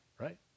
right